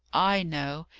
i know.